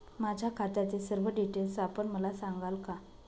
माझ्या खात्याचे सर्व डिटेल्स आपण मला सांगाल का?